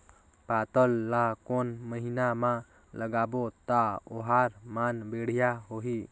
पातल ला कोन महीना मा लगाबो ता ओहार मान बेडिया होही?